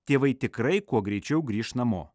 tėvai tikrai kuo greičiau grįš namo